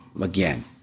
again